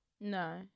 no